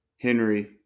Henry